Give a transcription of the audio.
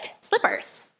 slippers